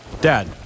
Dad